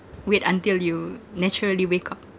wait until you naturally wake up